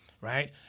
Right